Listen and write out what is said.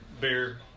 Beer